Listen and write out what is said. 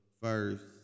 first